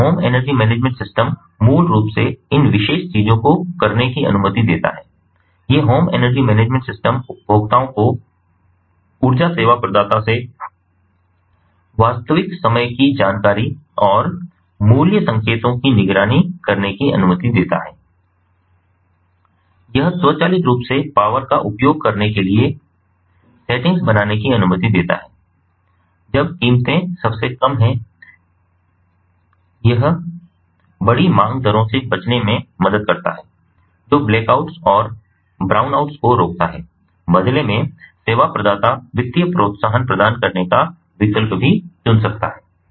तो ये home energy management system मूल रूप से इन विशेष चीजों को करने की अनुमति देता है ये होम एनर्जी मैनेजमेंट सिस्टम उपभोक्ताओं को ऊर्जा सेवा प्रदाता से वास्तविक समय की जानकारी और मूल्य संकेतों की निगरानी करने की अनुमति देता है यह स्वचालित रूप से पावर का उपयोग करने के लिए सेटिंग्स बनाने की अनुमति देता है जब कीमतें सबसे कम हैं यह बड़ी मांग दरों से बचने में मदद करता है जो ब्लैक आउट्स और ब्राउन आउट्स को रोकता है बदले में सेवा प्रदाता वित्तीय प्रोत्साहन प्रदान करने का विकल्प भी चुन सकता है